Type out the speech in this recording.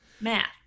Math